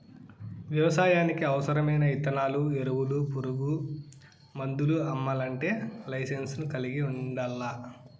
వ్యవసాయానికి అవసరమైన ఇత్తనాలు, ఎరువులు, పురుగు మందులు అమ్మల్లంటే లైసెన్సును కలిగి ఉండల్లా